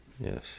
yes